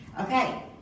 Okay